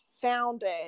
founded